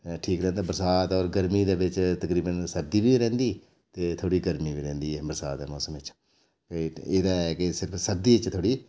ठीक रौंह्दा बरसात और गर्मी दे बिच तकरीवन सर्दी बी रौंह्दी ते थोह्ड़ी गर्मी बी रौंह्दी ऐ बरसात दे मौसम बिच एह्दा ऐ कि सिर्फ सर्दियें च थोह्ड़ी